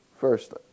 first